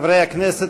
חברי הכנסת,